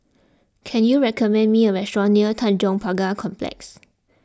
can you recommend me a restaurant near Tanjong Pagar Complex